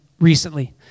recently